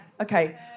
Okay